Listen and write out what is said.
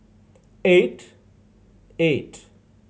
eight eight